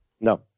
No